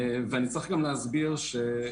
בנוסף,